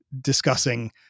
discussing